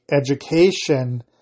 education